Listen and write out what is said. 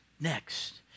next